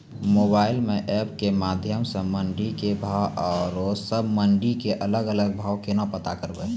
Mobile म app के माध्यम सऽ मंडी के भाव औरो सब मंडी के अलग अलग भाव केना पता करबै?